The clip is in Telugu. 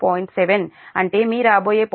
7 అంటే మీ రాబోయే 0